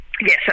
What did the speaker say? Yes